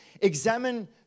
Examine